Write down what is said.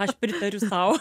aš pritariu sau